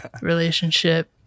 relationship